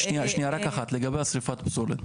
לגבי שריפת הפסולת,